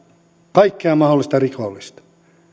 kaikkea mahdollista rikollista